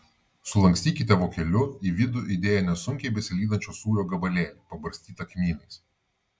sulankstykite vokeliu į vidų įdėję nesunkiai besilydančio sūrio gabalėlį pabarstytą kmynais